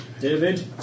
David